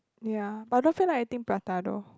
ya but I don't feel like eating prata though